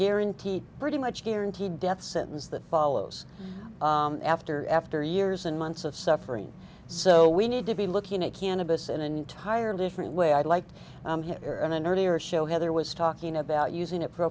guaranteed pretty much guaranteed death sentence that follows after after years and months of suffering so we need to be looking at cannabis in an entirely different way i'd like to hear in an earlier show heather was talking about using